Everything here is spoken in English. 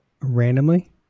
randomly